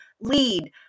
lead